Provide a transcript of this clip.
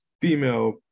female